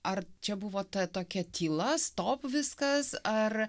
ar čia buvo ta tokia tyla stop viskas ar